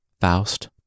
Faust